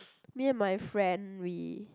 me and my friend we